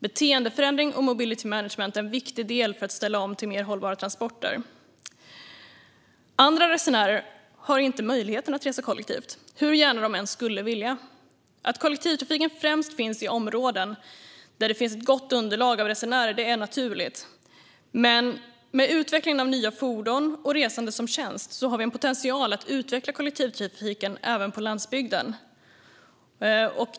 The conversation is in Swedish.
Beteendeförändring och mobility management är viktiga delar för att ställa om till mer hållbara transporter. Andra resenärer har inte möjlighet att resa kollektivt, hur gärna de än skulle vilja. Att kollektivtrafiken främst finns i områden där det finns ett gott underlag av resenärer är naturligt. Men med utvecklingen av nya fordon och resande som tjänst finns potential för att utveckla kollektivtrafiken även på landsbygden.